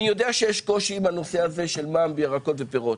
אני יודע שיש קושי עם הנושא הזה של מע"מ בירקות ופירות,